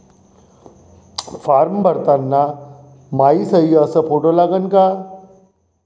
Form भरताना मायी सयी अस फोटो लागन का?